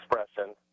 expression